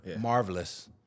Marvelous